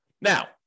Now